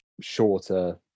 shorter